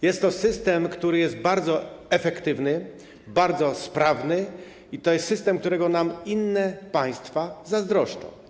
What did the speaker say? Jest to system, który jest bardzo efektywny, bardzo sprawny, i to jest system, którego nam inne państwa zazdroszczą.